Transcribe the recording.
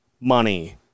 money